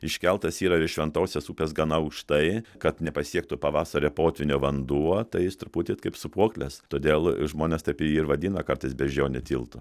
iškeltas yra virš šventosios upės gana aukštai kad nepasiektų pavasario potvynio vanduo tai jis truputį kaip sūpuoklės todėl žmonės taip jį ir vadina kartais beždžionių tiltu